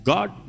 God